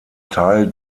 teil